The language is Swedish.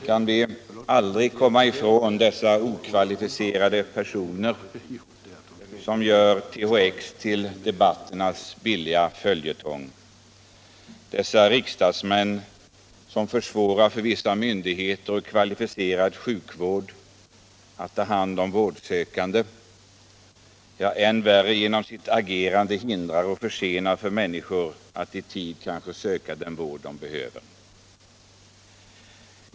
Kan vi aldrig komma ifrån dessa okvalificerade personer, som gör THX till debatternas billiga följetong; dessa riksdagsmän som försvårar för vissa myndigheter och kvalificerad sjukvård att ta hand om vårdsökande, ja — än värre — som genom sitt agerande hindrar eller försenar människor att söka den vård de behöver?